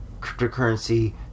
cryptocurrency